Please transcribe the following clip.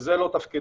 שזה לא תפקידו.